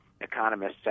economists